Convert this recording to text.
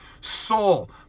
soul